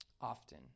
often